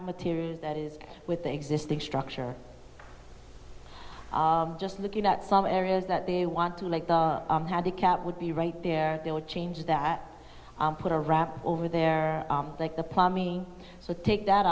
material that is with the existing structure just looking at some areas that they want to like the had a cat would be right there they would change that put a wrap over there like the plumbing but take that